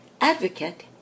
advocate